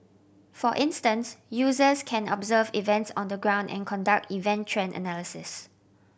for instance users can observe events on the ground and conduct event trend analysis